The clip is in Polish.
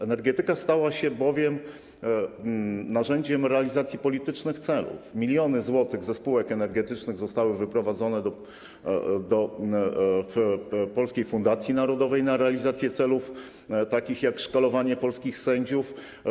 Energetyka stała się bowiem narzędziem realizacji politycznych celów, miliony złotych ze spółek energetycznych zostały wyprowadzone do Polskiej Fundacji Narodowej na realizację takich celów, jak szkalowanie polskich sędziów.